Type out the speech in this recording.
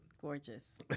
Gorgeous